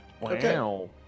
Wow